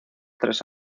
tres